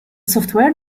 software